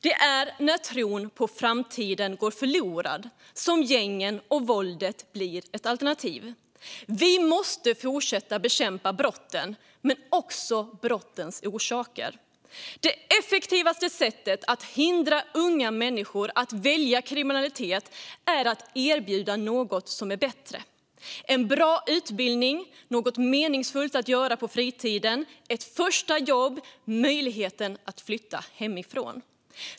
Det är när tron på framtiden går förlorad som gängen och våldet blir ett alternativ. Vi måste fortsätta att bekämpa brotten, men också brottens orsaker. Det effektivaste sättet att hindra unga människor från att välja kriminalitet är att erbjuda något som är bättre: en bra utbildning, något meningsfullt att göra på fritiden, ett första jobb och möjlighet att flytta hemifrån.